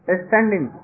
standing